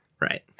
Right